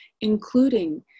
including